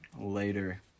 later